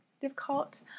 difficult